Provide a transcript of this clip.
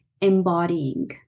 embodying